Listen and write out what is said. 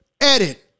edit